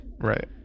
Right